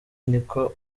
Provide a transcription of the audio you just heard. niko